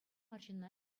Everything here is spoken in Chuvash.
арҫынна